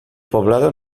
poblado